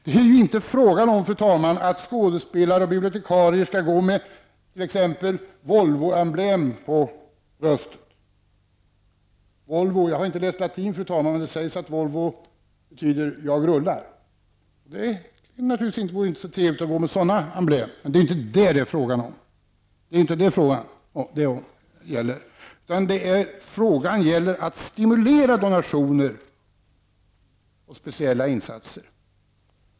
Det är inte fråga om att skådespelare och bibliotekarier t.ex. skall gå med Volvoemblem på bröstet. Volvo betyder jag rullar. Det vore naturligtvis inte så trevligt att gå med sådana emblem. Men det är inte detta frågan gäller. Frågan gäller att stimulera donationer och speciella insatser.